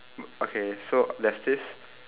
okay so there's this